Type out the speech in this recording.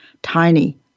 tiny